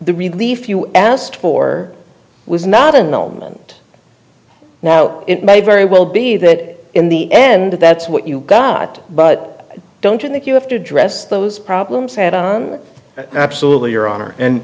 the relief you asked for was not an element now it may very well be that in the end that's what you got but don't you think you have to address those problems head on absolutely your honor